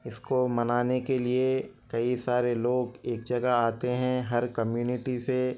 اس کو منانے کے لیے کئی سارے لوگ ایک جگہ آتے ہیں ہر کمیونٹی سے